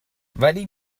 ولی